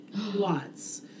Lots